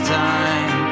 time